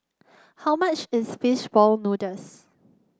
how much is fish ball noodles